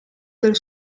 del